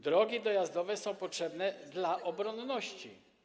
Drogi dojazdowe są potrzebne dla obronności.